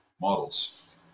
models